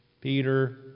Peter